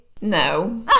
No